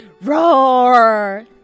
Roar